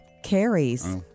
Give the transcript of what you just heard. carries